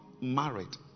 married